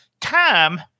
time